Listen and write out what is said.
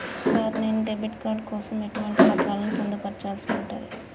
Sir నేను debit card కోసం ఎటువంటి పత్రాలను పొందుపర్చాల్సి ఉంటది?